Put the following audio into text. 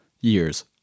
years